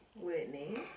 Whitney